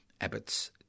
Abbott's